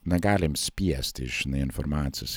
negalim spiesti žinai informacijos